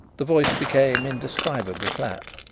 the voice became indescribably flat.